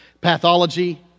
pathology